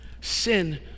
sin